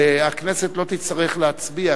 שהכנסת לא תצטרך להצביע,